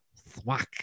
thwack